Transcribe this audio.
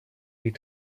die